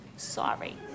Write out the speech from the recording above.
sorry